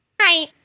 Hi